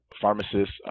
pharmacists